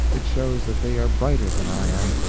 it shows that they are brighter than i am,